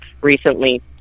recently